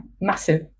massive